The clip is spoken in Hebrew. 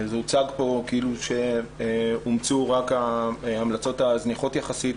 הוצג פה כאילו אומצו רק ההמלצות הזניחות יחסית,